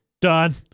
Done